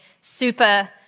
super